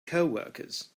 coworkers